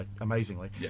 amazingly